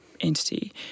entity